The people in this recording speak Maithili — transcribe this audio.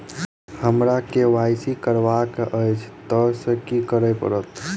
हमरा केँ वाई सी करेवाक अछि तऽ की करऽ पड़तै?